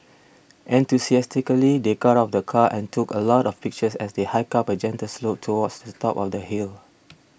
enthusiastically they got of the car and took a lot of pictures as they hiked up a gentle slope towards the top of the hill